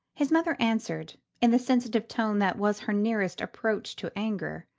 his mother answered, in the sensitive tone that was her nearest approach to anger.